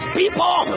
people